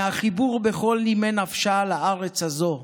מהחיבור בכל נימי נפשה לארץ הזאת,